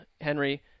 Henry